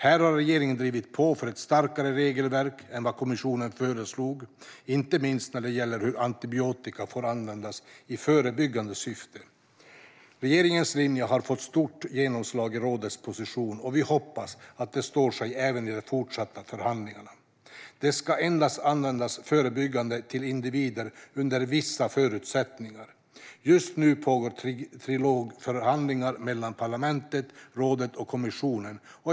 Här har regeringen drivit på för ett starkare regelverk än vad kommissionen föreslog, inte minst när det gäller hur antibiotika får användas i förebyggande syfte. Regeringens linje har fått stort genomslag i rådets position, och vi hoppas att den står sig även i de fortsatta förhandlingarna. Antibiotika ska endast användas förebyggande till individer under vissa förutsättningar. Just nu pågår trilogförhandlingar mellan parlamentet, rådet och kommissionen.